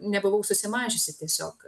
nebuvau susimąsčiusi tiesiog